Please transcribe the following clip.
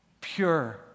pure